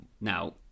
Now